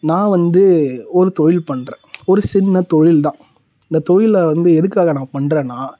நான் வந்து ஒரு தொழில் பண்ணுறேன் ஒரு சின்ன தொழில் தான் அந்த தொழிலை வந்து எதுக்காக நான் பண்ணுறேன்னா